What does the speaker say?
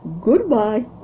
goodbye